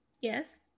Yes